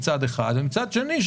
ומצד שני,